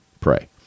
pray